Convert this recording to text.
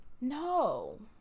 no